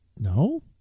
No